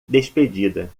despedida